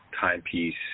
timepiece